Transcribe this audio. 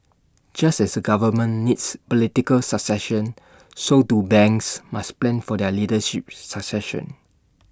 just as A government needs political succession so too banks must plan for their leadership succession